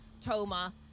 Toma